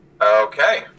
Okay